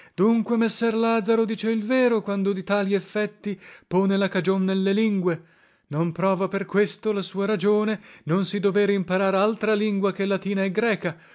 dunque messer lazaro dice il vero quando di tali effetti pone la cagion nelle lingue non prova per questo la sua ragione non si dover imparar altra lingua che latina e greca